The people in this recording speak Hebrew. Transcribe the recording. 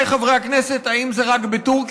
עמיתיי חברי הכנסת, האם זה רק בטורקיה?